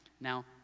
Now